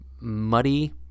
muddy